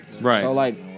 Right